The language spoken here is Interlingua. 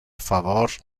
favor